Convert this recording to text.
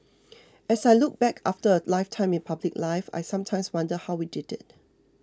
as I look back after a lifetime in public life I sometimes wonder how we did it